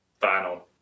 final